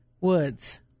Woods